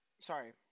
sorry